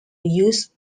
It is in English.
used